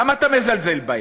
למה אתה מזלזל בהם?